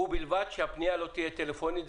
ובלבד שהפנייה לא תהיה טלפונית.